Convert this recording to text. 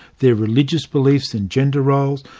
their religious beliefs and gender roles,